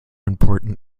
important